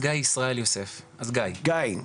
גיא,